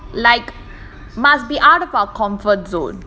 like must be out of our comfort zone